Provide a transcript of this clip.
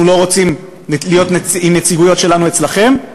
לא רוצים להיות עם נציגויות שלנו אצלכם,